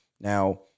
Now